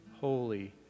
holy